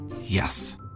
Yes